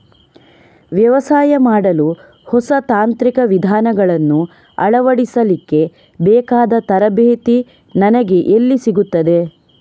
ವ್ಯವಸಾಯ ಮಾಡಲು ಹೊಸ ತಾಂತ್ರಿಕ ವಿಧಾನಗಳನ್ನು ಅಳವಡಿಸಲಿಕ್ಕೆ ಬೇಕಾದ ತರಬೇತಿ ನನಗೆ ಎಲ್ಲಿ ಸಿಗುತ್ತದೆ?